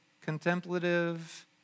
contemplative